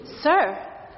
Sir